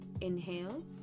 inhale